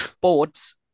boards